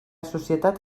societat